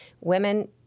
Women